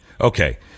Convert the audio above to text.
okay